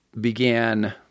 began